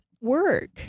work